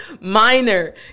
minor